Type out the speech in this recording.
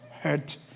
hurt